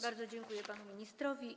Bardzo dziękuję panu ministrowi.